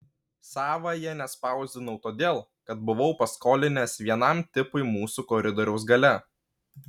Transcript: savąja nespausdinau todėl kad buvau paskolinęs vienam tipui mūsų koridoriaus gale